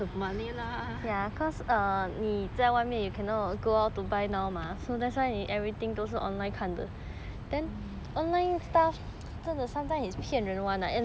a waste of money lah